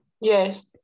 Yes